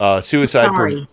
suicide